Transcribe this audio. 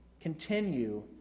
continue